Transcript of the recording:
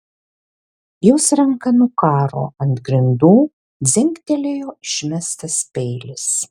jos ranka nukaro ant grindų dzingtelėjo išmestas peilis